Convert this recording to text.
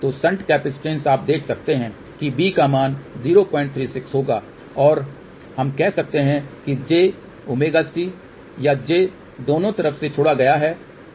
तो shunt capacitance आप देख सकते हैं कि b का मान 036 होगा और हम कह सकते हैं कि jωC या j दोनों तरफ से छोड़ा गया है